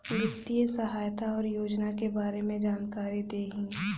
वित्तीय सहायता और योजना के बारे में जानकारी देही?